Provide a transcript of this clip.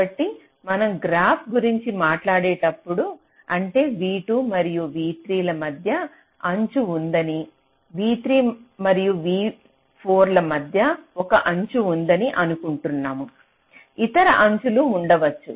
కాబట్టి మనం గ్రాఫ్ గురించి మాట్లాడేటప్పుడు అంటే v2 మరియు v3 ల మధ్య అంచు ఉందని v3 మరియు v4 ల మధ్య ఒక అంచు ఉందని అనుకుంటాము ఇతర అంచులు ఉండవచ్చు